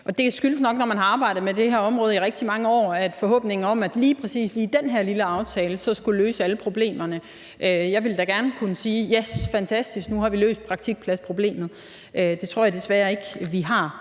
og det skyldes nok, når man har arbejdet med det her område i rigtig mange år, den forhåbning, at lige præcis den her lille aftale så skulle løse alle problemerne. Jeg ville da gerne kunne sige: Yes, fantastisk, nu har vi løst praktikpladsproblemet. Det tror jeg desværre ikke at vi har.